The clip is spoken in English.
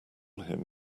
him